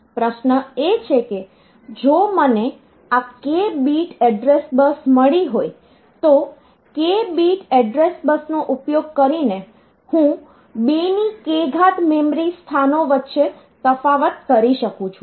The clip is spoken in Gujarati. પ્રશ્ન એ છે કે જો મને આ k બીટ એડ્રેસ બસ મળી હોય તો k બિટ એડ્રેસ બસનો ઉપયોગ કરીને હું 2k મેમરી સ્થાનો વચ્ચે તફાવત કરી શકું છું